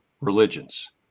religions